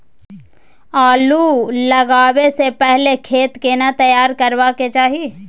आलू लगाबै स पहिले खेत केना तैयार करबा के चाहय?